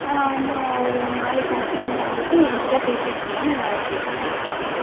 ஆ நான் ஒரு நாளைக்கு அனுப்ச்சுட்டுமா உங்களுக்கு இன்றைக்கு தான் பேசியிருக்கிங்க நான் நாளைக்கு உங்களுக்கு அனுப்ச்சு விட்டுறேன்